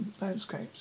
landscapes